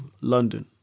London